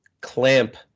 clamp